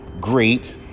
great